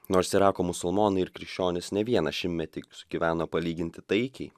nors irako musulmonai ir krikščionys ne vieną šimtmetį sugyveno palyginti taikiai